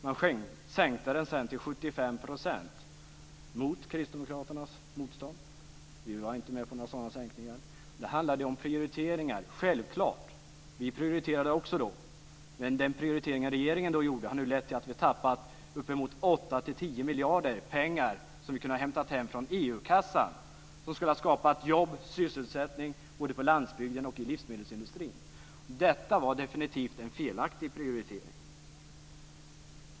Man sänkte den sedan till 75 %, trots kristdemokraternas motstånd. Vi var inte med på några sådana sänkningar. Det handlade om prioriteringar. Detta är självklart - vi prioriterade också då - men de prioriteringar regeringen då gjorde har nu lett till att vi har tappat uppemot 8-10 miljarder, pengar som vi hade kunnat hämta hem från EU-kassan och som skulle ha skapat jobb och sysselsättning både på landsbygden och i livsmedelsindustrin. Detta var definitivt en felaktig prioritering!